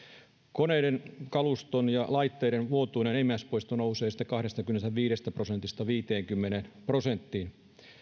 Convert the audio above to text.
koneiden kaluston ja laitteiden vuotuinen enimmäispoisto nousee kahdestakymmenestäviidestä prosentista viiteenkymmeneen prosenttiin